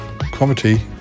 Comedy